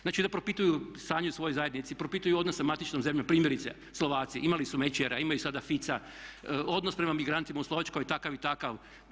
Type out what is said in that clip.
Znači da propituju stanje u svojoj zajednici, propituju odnose matične zemlje, primjerice Slovaci, imali su Mecer, imaju sada Fico, odnos prema migrantima u Slovačkoj je takav i takav.